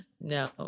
No